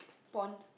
porn